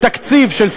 בתקציב של,